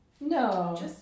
No